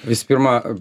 visų pirma